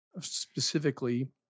specifically